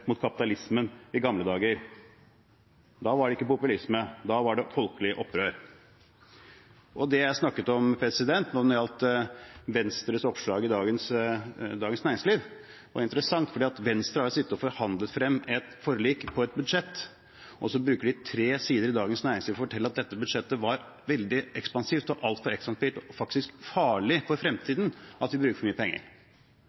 mot kapitalismen i gamle dager. Da var det ikke populisme, da var det et folkelig opprør. Jeg snakket om oppslaget om Venstre i dagens Dagens Næringsliv. Det var interessant, for Venstre har sittet og forhandlet frem et forlik på et budsjett. Så bruker de tre sider i Dagens Næringsliv for å fortelle at dette budsjettet var veldig ekspansivt – altfor ekspansivt – og at det faktisk er farlig for